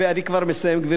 אני כבר מסיים, גברתי,